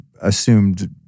assumed